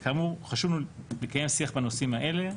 כאמור, חשוב לקיים שיח בנושאים האלה.